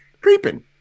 creeping